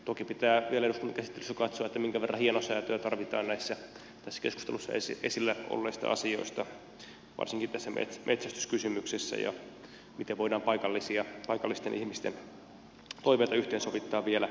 toki pitää vielä eduskuntakäsittelyssä katsoa minkä verran hienosäätöä tarvitaan tässä keskustelussa esillä olleissa asioissa varsinkin tässä metsästyskysymyksessä ja miten voidaan paikallisten ihmisten toiveita yhteensovittaa vielä paremmin